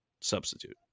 substitute